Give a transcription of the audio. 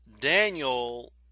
Daniel